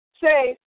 Say